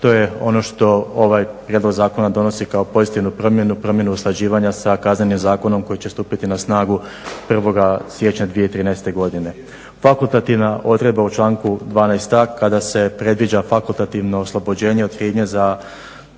To je ono što ovaj prijedlog zakona donosi kao pozitivnu promjenu, promjenu usklađivanja sa Kaznenim zakonom koji će stupiti na snagu 1. siječnja 2013. godine. Fakultativna odredba u članku 12.a kada se predviđa fakultativno oslobođenje od krivnje za